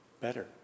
better